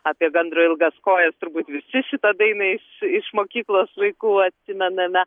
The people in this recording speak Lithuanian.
apie gandro ilgas kojas turbūt visi šitą dainą iš iš mokyklos laikų atsimename